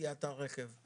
ותעשיית הרכב.